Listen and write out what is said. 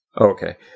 Okay